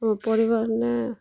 ମୋ ପରିଵାର ନେ